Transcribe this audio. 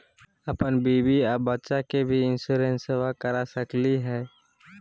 अपन बीबी आ बच्चा के भी इंसोरेंसबा करा सकली हय?